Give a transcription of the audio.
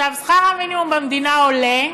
שכר המינימום במדינה עולה,